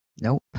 Nope